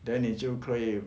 then 你就可以